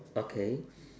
okay